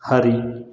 Hari